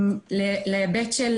בהיבט של